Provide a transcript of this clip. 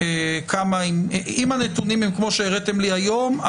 אם הנתונים הם כמו שהראיתם לי היום,